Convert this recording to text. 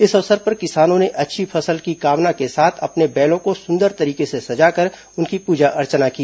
इस अवसर पर किसानों ने अच्छी फसल की कामना के साथ अपने बैलों को सुंदर तरीके से सजाकर उनकी पूजा अर्चना की